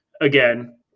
again